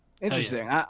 interesting